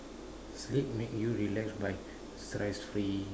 sleep make you relax by stress free